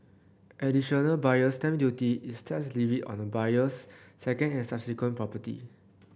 additional Buyer's Stamp Duty is tax levied on a buyer's second and subsequent property